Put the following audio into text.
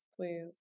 please